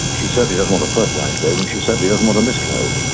she certainly doesn't want a fertilised egg, and she certainly doesn't want a miscarriage.